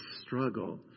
struggle